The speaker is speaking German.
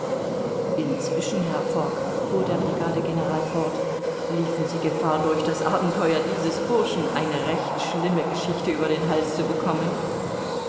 inzwischen herr fogg fuhr der brigadegeneral fort liefen sie gefahr durch das abenteuer dieses burschen eine recht schlimme geschichte über den hals zu bekommen